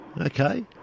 Okay